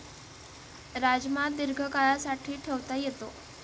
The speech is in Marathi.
राजमा दीर्घकाळासाठी ठेवता येतो